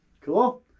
Cool